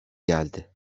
geldi